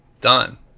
done